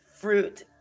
fruit